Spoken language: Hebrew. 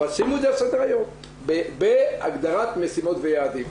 אבל שימו את זה על סדר היום בהגדרת משימות ויעדים.